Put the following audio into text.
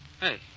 Hey